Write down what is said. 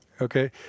Okay